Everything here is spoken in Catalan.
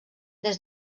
des